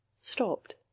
stopped